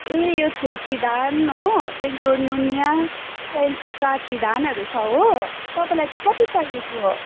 ए यो छोटी धान हो त्यहाँदेखिन्को नुनिया त्यहाँदेखिन्को काटी धानहरू छ हो तपाईँलाई चाहिँ कति चाहिएको